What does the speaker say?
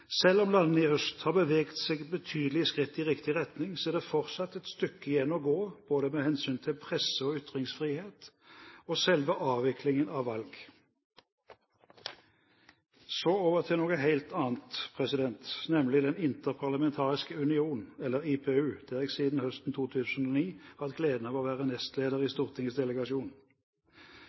Selv om landene i øst har beveget seg betydelige skritt i riktig retning, er det fortsatt et stykke igjen å gå både med hensyn til presse- og ytringsfrihet og selve avviklingen av valg. Så over til noe helt annet, nemlig Den interparlamentariske union, eller IPU, der jeg siden høsten 2009 har hatt gleden av å være nestleder i Stortingets delegasjon.